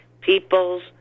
people's